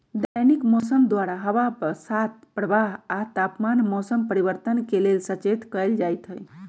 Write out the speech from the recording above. दैनिक मौसम द्वारा हवा बसात प्रवाह आ तापमान मौसम परिवर्तन के लेल सचेत कएल जाइत हइ